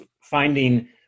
finding